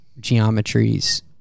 geometries